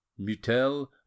Mutel